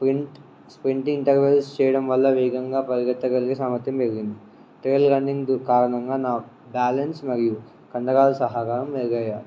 swing swing ఇంటర్వ్రైస్ చేయడం వల్ల వేగంగా పరిగెత్తగలిగే సామర్థ్యం పెరిగింది ట్రైయిల్ రన్నింగ్ కారణంగా నా బ్యాలెన్స్ మరియు కండరాలు సహకారం మెరుగు అయ్యాయి